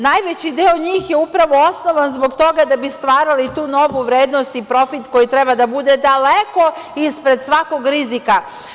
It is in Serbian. Najveći deo njih je upravo osnovan zbog toga da bi stvarali tu novu vrednost i profit koji treba da bude daleko ispred svakog rizika.